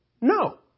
No